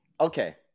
Okay